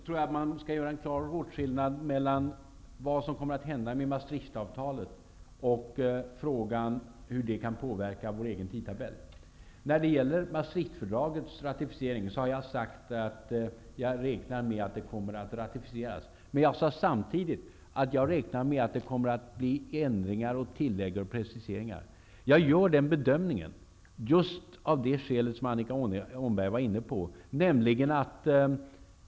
Fru talman! Man skall nog göra en klar åtskillnad mellan frågan om vad som kommer att hända med Maastrichtavtalet och frågan om hur det kan påverka vår egen tidtabell. Jag har sagt att jag räknar med att Maastrichtfördraget kommer att ratificeras. Men jag sade samtidigt att jag räknar med att det kommer att göras ändringar, tillägg och preciseringar. Denna bedömning gör jag av just det skäl som Annika Åhnberg var inne på.